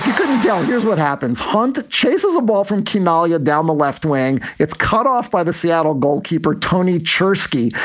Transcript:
couldn't tell. here's what happens, hunter chases a ball from kimmorley down the left wing. it's cut off by the seattle goalkeeper tony czerski.